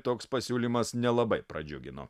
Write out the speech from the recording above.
toks pasiūlymas nelabai pradžiugino